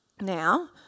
now